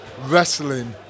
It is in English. wrestling